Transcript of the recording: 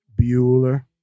Bueller